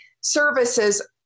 services